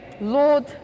Lord